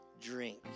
drink